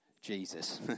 Jesus